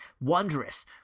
wondrous